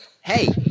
Hey